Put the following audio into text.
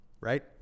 right